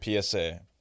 PSA